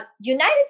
United